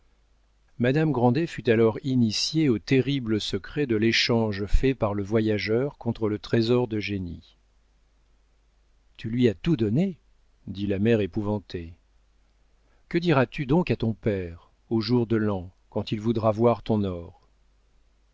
grandet fut alors initiée au terrible secret de l'échange fait par le voyageur contre le trésor d'eugénie tu lui as tout donné dit la mère épouvantée que diras-tu donc à ton père au jour de l'an quand il voudra voir ton or